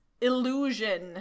Illusion